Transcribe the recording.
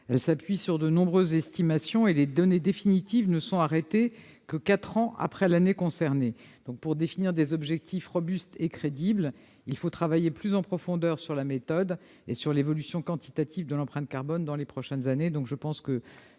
elle s'appuie sur de nombreuses estimations, et les données définitives ne sont arrêtées que quatre ans après l'année concernée. Pour définir des objectifs robustes et crédibles, il faut travailler plus en profondeur sur la méthode et sur l'évolution quantitative de l'empreinte carbone dans les prochaines années.